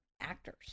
actors